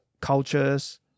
cultures